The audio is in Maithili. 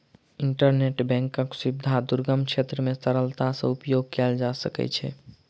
इंटरनेट बैंकक सुविधा दुर्गम क्षेत्र मे सरलता सॅ उपयोग कयल जा सकै छै